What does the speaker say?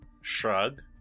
shrug